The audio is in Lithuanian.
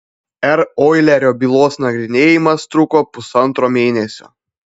r oilerio bylos nagrinėjimas truko pusantro mėnesio